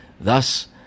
Thus